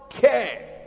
care